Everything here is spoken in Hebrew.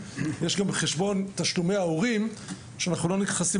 יש גם חשבון תשלומי ההורים שאנחנו לא נכנסים